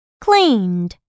Cleaned